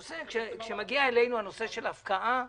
כשמגיע אלינו נושא ההפקעות